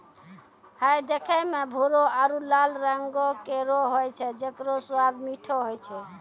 हय देखै म भूरो आरु लाल रंगों केरो होय छै जेकरो स्वाद मीठो होय छै